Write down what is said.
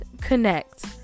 connect